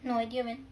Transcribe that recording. no idea man